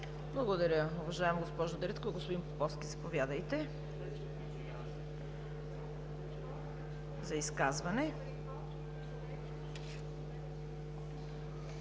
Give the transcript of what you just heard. Благодаря, уважаема госпожо Дариткова. Господин Поповски, заповядайте за изказване.